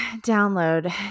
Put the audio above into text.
download